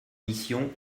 missions